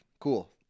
Cool